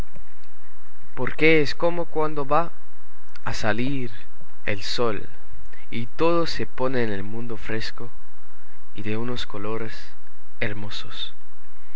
porque es como cuando va a salir el sol y todo se pone en el mundo fresco y de unos colores hermosos